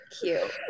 Cute